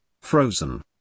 frozen